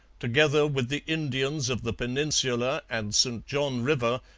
together with the indians of the peninsula and st john river,